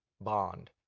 bond